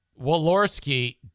Walorski